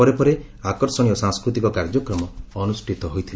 ପରେ ପରେ ଆକର୍ଷଣୀୟ ସାଂସ୍କୃତିକ କାର୍ଯ୍ୟକ୍ରମ ଅନୁଷିତ ହୋଇଥିଲା